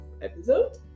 episode